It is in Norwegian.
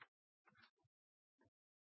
neste